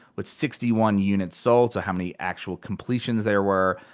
with sixty one units sold. so how many actual completions there were.